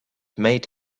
made